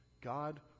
God